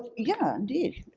yeah, indeed,